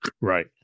Right